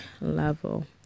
level